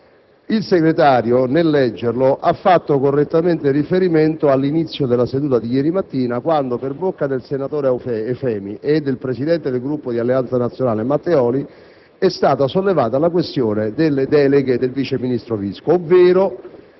segretario, nel leggerlo, ha fatto correttamente riferimento all'inizio della seduta di ieri mattina quando, per bocca del senatore Eufemi e del presidente del Gruppo di Alleanza Nazionale Matteoli, è stata sollevata la questione delle deleghe del vice ministro Visco, ovvero